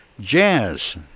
Jazz